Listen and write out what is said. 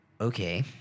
okay